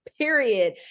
period